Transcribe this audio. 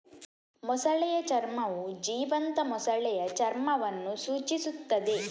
ಮೊಸಳೆಯ ಚರ್ಮವು ಜೀವಂತ ಮೊಸಳೆಯ ಚರ್ಮವನ್ನು ಸೂಚಿಸುತ್ತದೆ